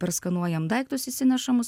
perskanuojam daiktus įsinešamus